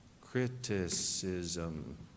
criticism